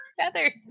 feathers